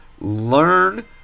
learn